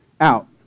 out